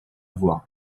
voir